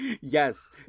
yes